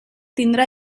tindrà